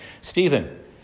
Stephen